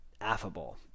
affable